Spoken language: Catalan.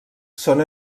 són